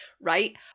right